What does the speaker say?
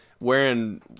wearing